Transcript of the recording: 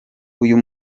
uyu